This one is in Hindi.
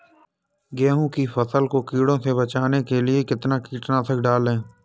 गेहूँ की फसल को कीड़ों से बचाने के लिए कितना कीटनाशक डालें?